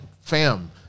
fam